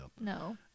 No